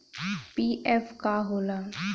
PF का होला?